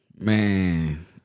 Man